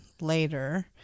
later